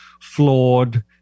flawed